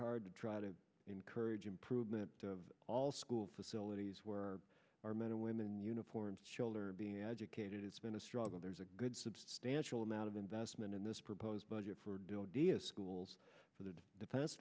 hard to try to encourage improvement of all school facilities where our men and women in uniform children are being educated it's been a struggle there's a good substantial amount of investment in this proposed budget for doing d s schools for the defense